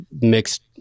mixed